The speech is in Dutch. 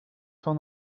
van